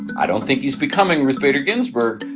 i don't think he's becoming ruth bader ginsburg.